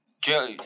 Joe –